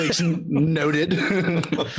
Noted